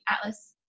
Atlas